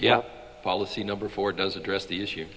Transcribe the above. know policy number four does address the issue